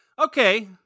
Okay